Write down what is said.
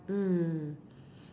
mm